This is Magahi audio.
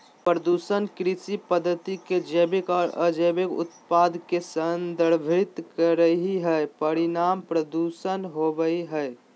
प्रदूषण कृषि पद्धति के जैविक आर अजैविक उत्पाद के संदर्भित करई हई, परिणाम प्रदूषण होवई हई